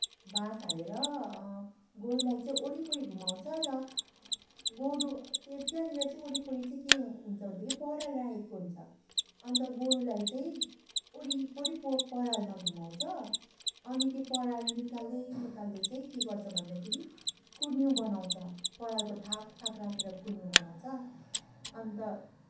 बाँस हालेर गोरुलाई चाहिँ वरिपरि घुमाउँछ र गोरु त त्यहाँनिर चाहिँ वरिपरि चाहिँ के हुन्छ भनेदेखि पराल राखेको हुन्छ अन्त गोरुलाई चाहिँ वरिपरि प परालमा घुमाउँछ अनि त्यो पराल निकाल्दै निकाल्दै चाहिँ के गर्छन् भन्दाखेरि कुन्यु बनाउँछ परालको थाक थाक राखेर कुन्यु बनाउँछ अन्त